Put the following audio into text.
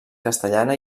castellana